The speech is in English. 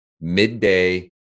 midday